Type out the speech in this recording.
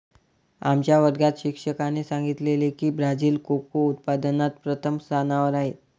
आमच्या वर्गात शिक्षकाने सांगितले की ब्राझील कोको उत्पादनात प्रथम स्थानावर आहे